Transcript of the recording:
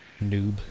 Noob